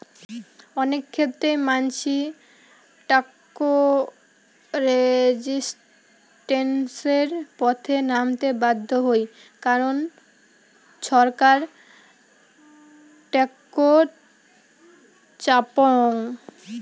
অনেক ক্ষেত্রেই মানসি ট্যাক্স রেজিস্ট্যান্সের পথে নামতে বাধ্য হই কারণ ছরকার ট্যাক্স চাপং